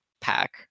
pack